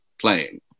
playing